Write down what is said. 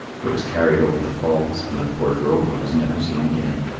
it was carried over the falls, and the poor drover was never seen again.